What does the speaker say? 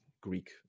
Greek